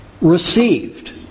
received